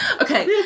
Okay